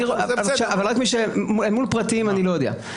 אבל רק מי, אל מול פרטיים אני לא יודע.